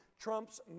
trumps